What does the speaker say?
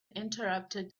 interrupted